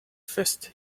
fist